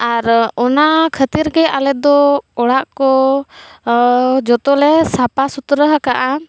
ᱟᱨ ᱚᱱᱟ ᱠᱷᱟᱹᱛᱤᱨ ᱜᱮ ᱟᱞᱮ ᱫᱚ ᱚᱲᱟᱜ ᱠᱚ ᱡᱚᱛᱚᱞᱮ ᱥᱟᱯᱟ ᱥᱩᱛᱨᱟᱹᱦᱟᱠᱟᱜᱼᱟ